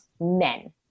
men